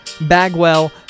Bagwell